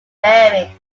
bearings